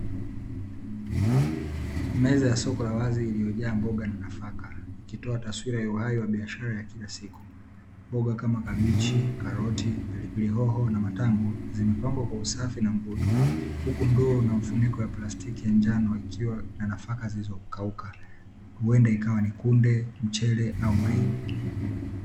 Meza ya soko la wazi iliyojaa mboga na nafaka, ikitoa taswira ya uhai wa biashara kila siku, mboga kama kabichi, karoti, pilipili hoho na matango, zimepangwa kwa usafi na mvuto; huku ndoo na mfuniko ya plastiki ya njano ikiwa na nafaka zilizokauka, huenda ikawa ni kunde, mchele au mahindi.